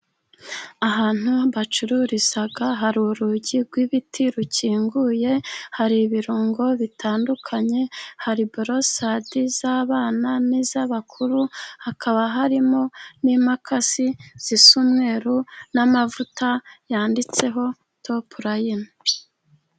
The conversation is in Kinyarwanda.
Ahantu bacururiza hari urugi rw'ibiti rukinguye, hari ibirungo bitandukanye, hari bolosada z'abana n'iz'abakuru, hakaba harimo n'imakasi zisa umweru, n'amavuta yanditseho Topline.